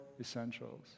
essentials